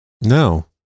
No